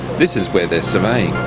this is where they are surveying.